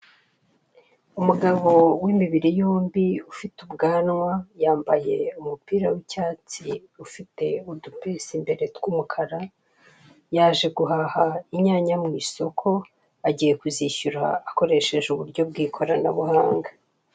Umugabo w'imibiri yombi ufite ubwanwa yambaye umupira w'icyatsi ufite udupensu imbere tw'umukara yaje guhaha inyanya mu isoko agiye kuzishyura akoresheje uburyo bw'ikorana buhanga.